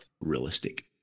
realistic